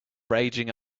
raging